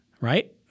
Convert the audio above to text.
right